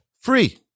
Free